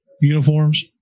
uniforms